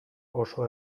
oso